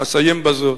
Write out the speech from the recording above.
אסיים בזאת.